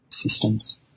systems